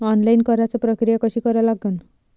Online कराच प्रक्रिया कशी करा लागन?